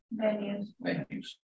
Venues